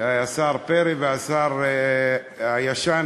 השר פרי והשר הישן-חדש